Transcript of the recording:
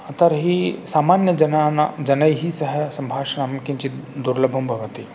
तर्हि सामान्यजनाना जनैः सह सम्भाषणं किञ्चित् दुर्लभं भवति